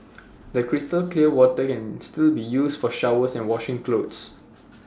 the crystal clear water can still be used for showers and washing clothes